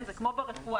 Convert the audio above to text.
זה כמו ברפואה,